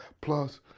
plus